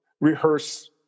rehearse